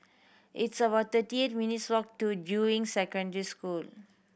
it's about thirty eight minutes walk to Juying Secondary School